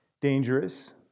dangerous